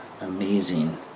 amazing